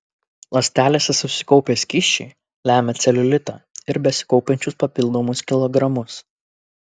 ląstelėse susikaupę skysčiai lemia celiulitą ir besikaupiančius papildomus kilogramus